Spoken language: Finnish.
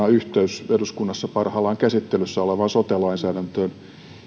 on yhteys eduskunnassa parhaillaan käsittelyssä olevaan sote lainsäädäntöön